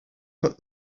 put